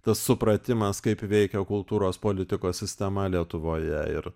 tas supratimas kaip veikia kultūros politikos sistema lietuvoje ir